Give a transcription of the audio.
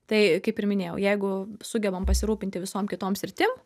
tai kaip ir minėjau jeigu sugebam pasirūpinti visom kitom sritim